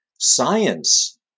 science